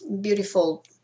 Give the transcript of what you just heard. beautiful